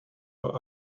but